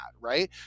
right